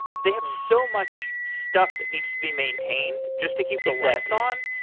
they have so much stuff that needs to be maintained just to keep the lights on.